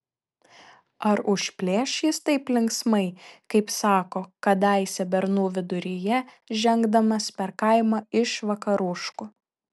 ar užplėš jis taip linksmai kaip sako kadaise bernų viduryje žengdamas per kaimą iš vakaruškų